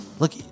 Look